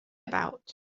about